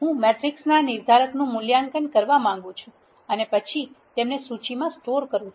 હું મેટ્રિસના નિર્ધારકનું મૂલ્યાંકન કરવા માંગું છું અને પછી તેમને સૂચિમાં સ્ટોર કરું છું